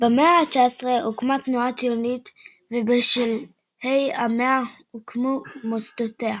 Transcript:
במאה ה־19 הוקמה התנועה הציונית ובשלהי המאה הוקמו מוסדותיה.